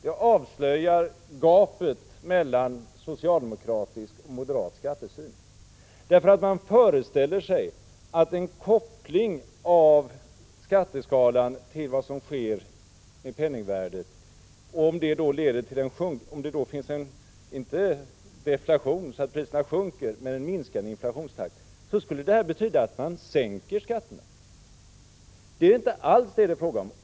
Det avslöjar gapet mellan socialdemokratisk och moderat skattesyn. Man föreställer sig att en koppling av skatteskalan till vad som sker med penningvärdet — inte om det finns en deflation, så att priserna sjunker, men en minskad inflationstakt — skulle betyda att man sänker skatterna. Det är inte alls detta det är fråga om.